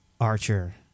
Archer